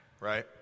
right